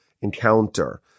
encounter